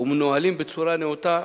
ומנוהלים בצורה נאותה.